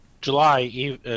July